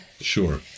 Sure